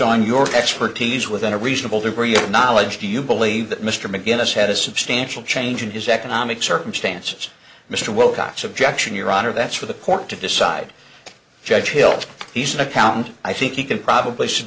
on your expertise within a reasonable degree of knowledge do you believe that mr mcginnis had a substantial change in his economic circumstances mr wilcox objection your honor that's for the court to decide judge hill he's an accountant i think he can probably should